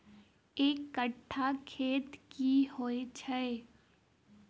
एक कट्ठा खेत की होइ छै?